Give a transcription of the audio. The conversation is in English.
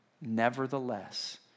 nevertheless